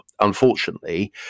Unfortunately